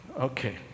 Okay